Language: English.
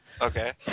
Okay